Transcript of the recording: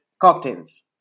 cocktails